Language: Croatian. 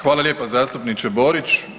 Hvala lijepa zastupniče Borić.